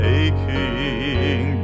aching